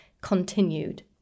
continued